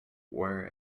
wear